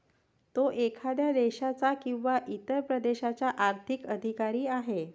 तो एखाद्या देशाचा किंवा इतर प्रदेशाचा आर्थिक अधिकार आहे